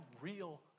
real